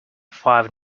five